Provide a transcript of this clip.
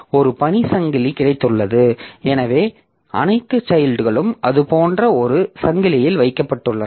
ஒரு பணி சங்கிலி கிடைத்துள்ளது எனவே அனைத்தும் சைல்ட்கள் அது போன்ற ஒரு சங்கிலியில் வைக்கப்பட்டுள்ளன